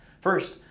First